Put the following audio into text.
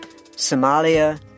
Somalia